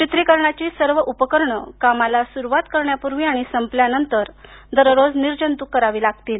चित्रिकरणाचे सर्व उपकरण कामाला सुरुवात करण्यापूर्वी आणि संपल्यानंतर दररोज निर्जंतुक करावे लागतील